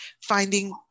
finding